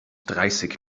dreißig